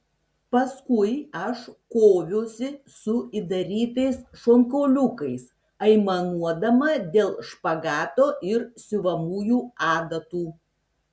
paskui aš koviausi su įdarytais šonkauliukais aimanuodama dėl špagato ir siuvamųjų adatų